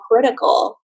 critical